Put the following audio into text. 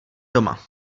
doma